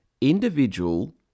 individual